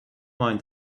mind